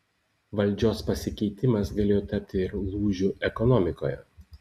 valdžios pasikeitimas galėjo tapti ir lūžiu ekonomikoje